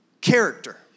character